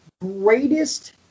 Greatest